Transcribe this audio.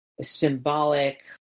symbolic